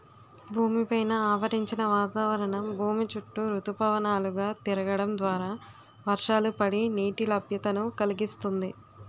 భూమి పైన ఆవరించిన వాతావరణం భూమి చుట్టూ ఋతుపవనాలు గా తిరగడం ద్వారా వర్షాలు పడి, నీటి లభ్యతను కలిగిస్తుంది